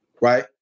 Right